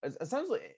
essentially